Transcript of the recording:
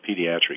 pediatric